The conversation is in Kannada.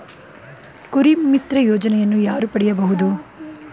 ಕುರಿಮಿತ್ರ ಯೋಜನೆಯನ್ನು ಯಾರು ಪಡೆಯಬಹುದು?